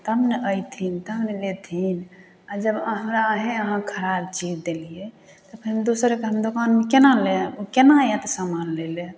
तब ने अएथिन तब ने लेथिन आओर जब हमरे अहाँ खराब चीज देलिए तऽ फेर दोसरके हम दोकानमे कोना लाएब कोना आएत समान लैलए